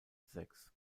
sechs